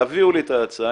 תביאו לי את ההצעה,